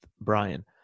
Brian